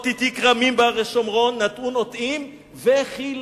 עוד תטעי כרמים בהרי שומרון נטעו נטעים וחיללו.